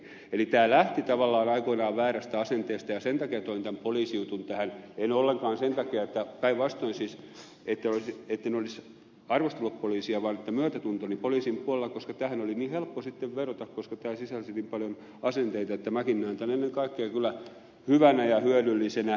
tämä lähti tavallaan aikoinaan väärästä asenteesta ja sen takia toin tämän poliisijutun tähän en ollenkaan sen takia päinvastoin siis että olisin arvostellut poliisia vaan myötätuntoni on poliisin puolella koska tähän oli niin helppo sitten vedota koska tämä sisälsi niin paljon asenteita että minäkin näen tämän ennen kaikkea kyllä hyvänä ja hyödyllisenä